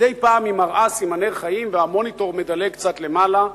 מדי פעם היא מראה סימני חיים והמוניטור מדלג קצת למעלה,